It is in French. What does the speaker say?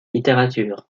littérature